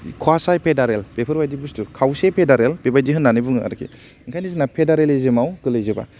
कासि federal खावसे federal बेबायदि होन्नानै बुङो आर्खि ओंखायनो जोंना फेडारेलिज्मआव गोलैजोबा